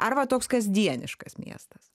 ar va toks kasdieniškas miestas